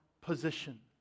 position